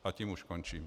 A tím už končím.